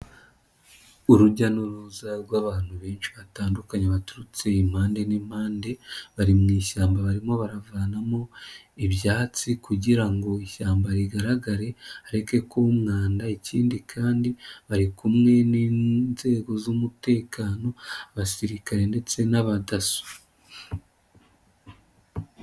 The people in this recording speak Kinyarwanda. Urujya n'uruza rw'abantu benshi batandukanye baturutse impande n'impande, bari mu ishyamba barimo baravanamo ibyatsi kugira ngo ishyamba rigaragare hareke kuba umwanda ikindi kandi, bari kumwe n'inzego z'umutekano, abasirikare ndetse n'abadaso.